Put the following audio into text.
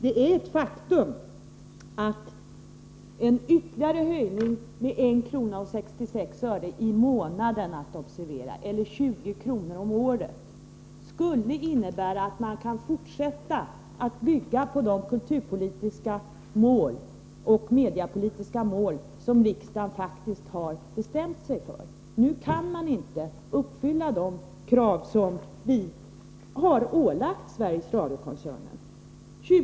Det är ett faktum att en ytterligare höjning med 1:66 kr. i månaden — observera det — eller 20 kr. om året skulle innebära att man kunde bygga vidare på de kulturpolitiska och mediepolitis ka mål som riksdagen faktiskt beslutat. Nu kan man inte uppfylla de krav som vi ställt på Sveriges Radio-koncernen.